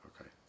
Okay